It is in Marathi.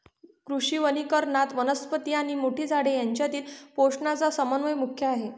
कृषी वनीकरणात, वनस्पती आणि मोठी झाडे यांच्यातील पोषणाचा समन्वय मुख्य आहे